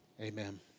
Amen